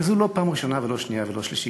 וזו לא פעם ראשונה ולא שנייה ולא שלישית,